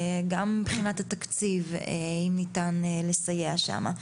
גם מבחינת התקציב אם ניתן לסייע שמה,